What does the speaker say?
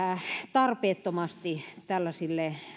tarpeettomasti tällaisille